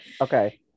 Okay